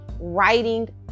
writing